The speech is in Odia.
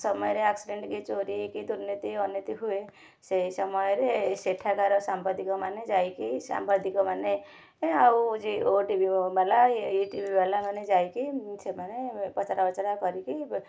ସମୟରେ ଆକ୍ସିଡ଼େଣ୍ଟ କି ଚୋରି କି ଦୁର୍ନୀତି ଅନୀତି ହୁଏ ସେଇ ସମୟରେ ସେଠାକାର ସାମ୍ବାଦିକ ମାନେ ଯାଇକି ସାମ୍ବାଦିକ ମାନେ ଆଉ ଯେ ଓଟିଭି ବାଲା ଏଇ ଇଟିଭି ବାଲା ମାନେ ଯାଇକି ସେମାନେ ପଚରା ଉଚରା କରିକି